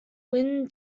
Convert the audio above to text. win